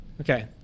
Okay